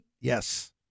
Yes